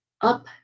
up